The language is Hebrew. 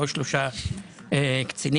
לא שלושה קצינים.